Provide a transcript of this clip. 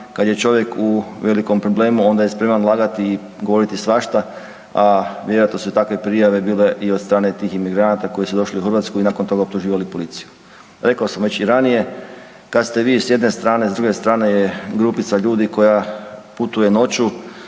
kad je čovjek u velikom problemu onda je spreman lagati i govoriti svašta, a vjerojatno su takve prijave bile i od strane tih migranata koji su došli u Hrvatsku i nakon toga optuživali policiju. Rekao sam već i ranije kad ste vi s jedne strane, s druge strane je grupica ljudi koja putuje noću,